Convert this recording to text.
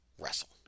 wrestle